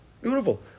Beautiful